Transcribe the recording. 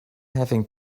having